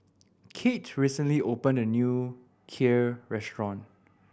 Kate recently opened a new Kheer restaurant